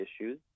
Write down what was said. issues